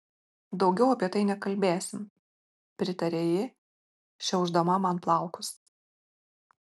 daugiau apie tai nekalbėsim pritarė ji šiaušdama man plaukus